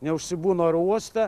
neužsibūna oro uoste